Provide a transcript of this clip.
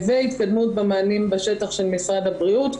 התקדמות במענים בשטח שנעשה בבריאות,